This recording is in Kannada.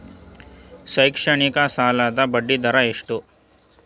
ಶೈಕ್ಷಣಿಕ ಸಾಲದ ಬಡ್ಡಿ ದರ ಎಷ್ಟು?